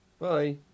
Bye